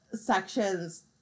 sections